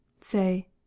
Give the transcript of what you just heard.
say